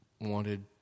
wanted